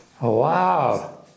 wow